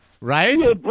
right